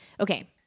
Okay